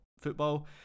football